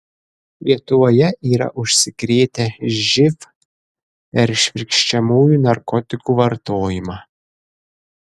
lietuvoje yra užsikrėtę živ per švirkščiamųjų narkotikų vartojimą